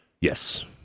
Yes